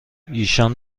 ایشان